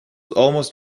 almost